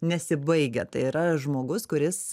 nesibaigia tai yra žmogus kuris